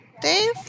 Dave